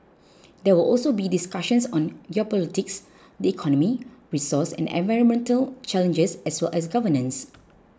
there will also be discussions on geopolitics the economy resource and environmental challenges as well as governance